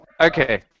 Okay